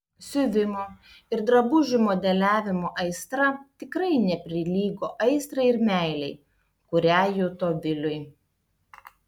siuvimo ir drabužių modeliavimo aistra tikrai neprilygo aistrai ir meilei kurią juto viliui